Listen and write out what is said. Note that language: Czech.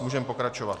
Můžeme pokračovat.